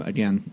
Again